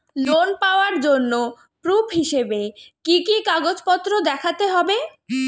Loan পাওয়ার জন্য proof হিসেবে কি কি কাগজপত্র দেখাতে হবে?